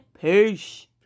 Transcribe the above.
Peace